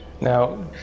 Now